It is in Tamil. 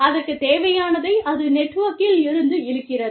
அதற்குத் தேவையானதை அது நெட்வொர்க்கில் இருந்து இழுக்கிறது